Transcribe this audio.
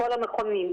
בכל המכונים,